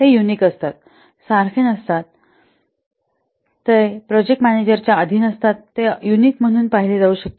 ते युनिक असतात सारखे नसतात ते प्रोजेक्ट मॅनेजर च्या अधीन असतात ते युनिक म्हणून पाहिले जाऊ शकतात